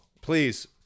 Please